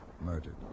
Murdered